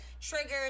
triggers